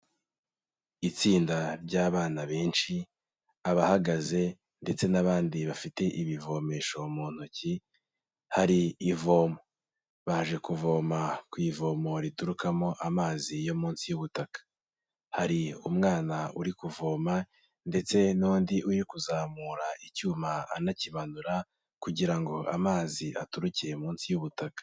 Itsinda ry'abana benshi, abahagaze, ndetse n'abandi bafite ibivomesho mu ntoki, hari ivomo, baje kuvoma ku ivomo riturukamo amazi yo munsi y'ubutaka, hari umwana uri kuvoma, ndetse n'undi uri kuzamura icyuma anakimanura, kugira ngo amazi aturuke munsi y'ubutaka.